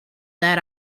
that